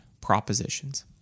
propositions